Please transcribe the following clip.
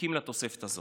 זקוקים לתוספת הזאת.